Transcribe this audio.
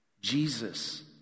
Jesus